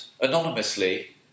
anonymously